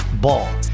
Ball